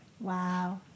Wow